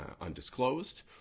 undisclosed